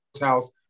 house